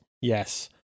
Yes